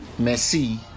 Messi